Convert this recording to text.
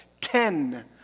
Ten